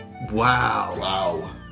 Wow